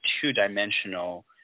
two-dimensional